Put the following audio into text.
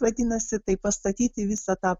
vadinasi tai pastatyti visą tą